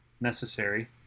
necessary